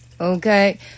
Okay